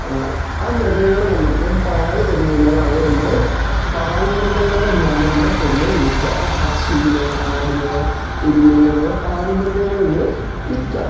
ആ മൃഗങ്ങള് നമുക്ക് പാല് തരുന്നതിനാൽ അവയെ നമ്മള് പാൽ മൃഗങ്ങളെന്നാണ് നമ്മള് പൊതുവെ വിളിക്കുക അപ്പോൾ പശുവിനെ ആടിനെ എരുമേനെ നമ്മള് പാൽ മൃഗങ്ങളെന്ന് വിളിക്കുക